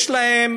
יש להם